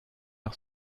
par